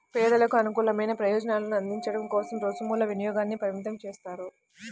పేదలకు అనుకూలమైన ప్రయోజనాలను అందించడం కోసం రుసుముల వినియోగాన్ని పరిమితం చేస్తారు